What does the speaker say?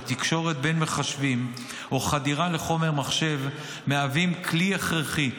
האזנת סתר לתקשורת בין מחשבים או חדירה לחומר מחשב מהווים כלי הכרחי,